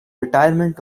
retirement